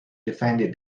defended